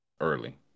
early